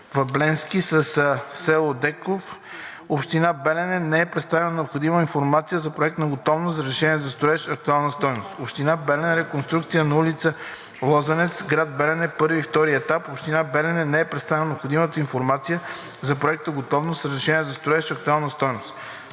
Въбленски“, село Деков, община Белене“ – не е представена необходимата информация за проектна готовност, разрешение за строеж, актуална стойност; - Община Белене – ,,Реконструкция на улица ,,Лозенец“, град Белене – първи и втори етап, община Белене“ – не е представена необходимата информация за проектна готовност, разрешение за строеж, актуална стойност.